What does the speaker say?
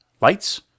Lights